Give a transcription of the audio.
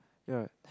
ya